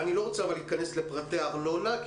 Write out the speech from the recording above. אני לא רוצה להיכנס לפרטי ארנונה,